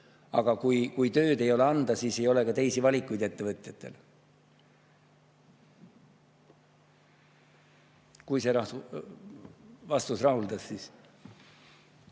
Aga kui tööd ei ole anda, siis ei ole ka teisi valikuid ettevõtjatel. Kui see vastus rahuldas, siis ...